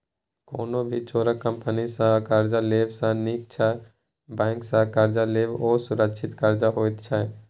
कोनो भी चोरका कंपनी सँ कर्जा लेब सँ नीक छै बैंक सँ कर्ज लेब, ओ सुरक्षित कर्ज होइत छै